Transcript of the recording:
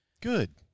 Good